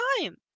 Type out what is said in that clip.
time